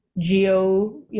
GEO